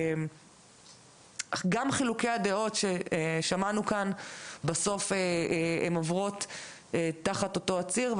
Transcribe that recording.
גם חילוקי הדעות ששמענו כאן בסוף עוברים תחת אותו הציר.